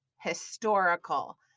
historical